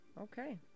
Okay